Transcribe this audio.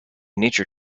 nature